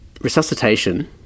Resuscitation